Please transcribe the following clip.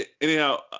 Anyhow